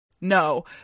No